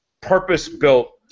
purpose-built